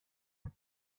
ebet